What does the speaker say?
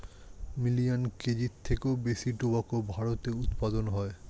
million কেজির থেকেও বেশি টোবাকো ভারতে উৎপাদন হয়